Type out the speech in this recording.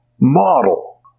model